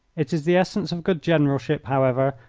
it is the essence of good generalship, however,